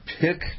pick